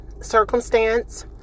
circumstance